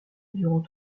durant